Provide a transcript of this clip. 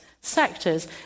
sectors